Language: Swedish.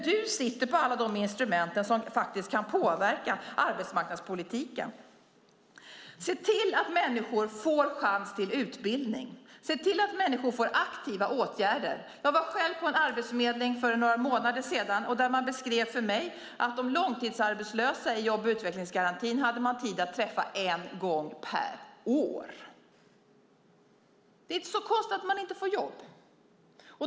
Du sitter på alla de instrument som kan påverka arbetsmarknadspolitiken. Se till att människor får chans till utbildning! Se till att människor får aktiva åtgärder! Jag var på en arbetsförmedling för några månader sedan. Där beskrev de för mig att de hade tid att träffa de långtidsarbetslösa i jobb och utvecklingsgarantin en gång per år. Då är det inte så konstigt att man inte får jobb.